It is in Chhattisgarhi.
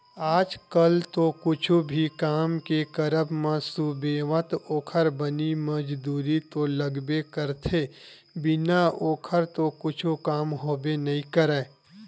आज कल तो कुछु भी काम के करब म सुबेवत ओखर बनी मजदूरी तो लगबे करथे बिना ओखर तो कुछु काम होबे नइ करय